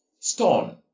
stone